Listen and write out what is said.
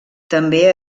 també